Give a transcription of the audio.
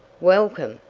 welcome!